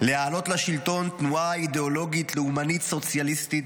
להעלות לשלטון תנועה אידאולוגית לאומנית סוציאליסטית,